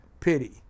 pity